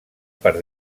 per